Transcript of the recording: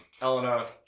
elena